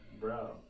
bro